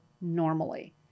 normally